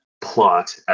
plot